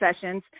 sessions